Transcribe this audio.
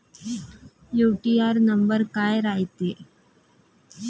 UTR number काय रायते?